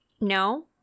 no